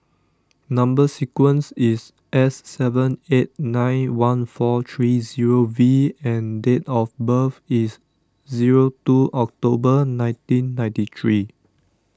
Number Sequence is S seven eight nine one four three zero V and date of birth is zero two October nineteen ninety three